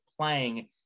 playing